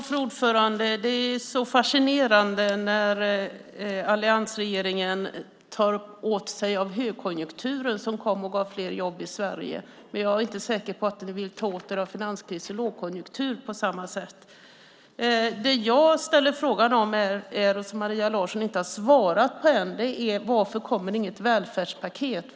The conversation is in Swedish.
Fru talman! Det är så fascinerande när alliansregeringen tar åt sig av högkonjunkturen som kom och gav fler jobb i Sverige. Jag är inte säker på att ni vill ta åt er av finanskris och lågkonjunktur på samma sätt. Jag ställde en fråga som Maria Larsson inte har svarat på än. Varför kommer det inget välfärdspaket?